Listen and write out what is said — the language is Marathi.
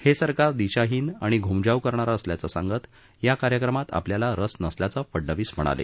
हे सरकार दिशाहीन आणि घूमजाव करणारं असल्याचं सांगत या कार्यक्रमात आपल्याला रस नसल्याचं फडनवीस म्हणाले